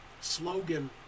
slogan